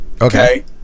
Okay